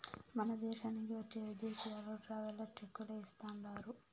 మన దేశానికి వచ్చే విదేశీయులు ట్రావెలర్ చెక్కులే ఇస్తాండారు